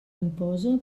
imposa